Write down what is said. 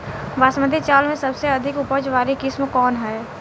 बासमती चावल में सबसे अधिक उपज वाली किस्म कौन है?